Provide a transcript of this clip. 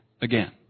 again